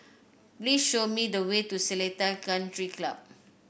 please show me the way to Seletar Country Club